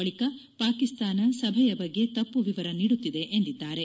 ಬಳಿಕ ಪಾಕಿಸ್ತಾನ ಸಭೆಯ ಬಗ್ಗೆ ತಮ್ಷ ವಿವರ ನೀಡುತ್ತಿದೆ ಎಂದಿದ್ದಾರೆ